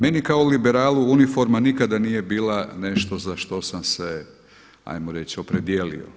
Meni kao liberalu uniforma nikada nije bila nešto za što sam se hajmo reći opredijelio.